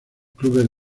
clubes